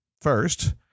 First